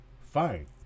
fine